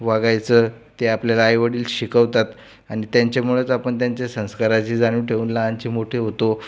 वागायचं ते आपल्याला आईवडील शिकवतात आणि त्यांच्यामुळेच आपण त्यांच्या संस्काराची जाणीव ठेवून लहानाचे मोठे होतो